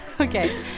okay